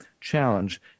challenge